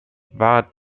war